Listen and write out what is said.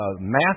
math